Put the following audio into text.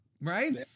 Right